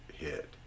hit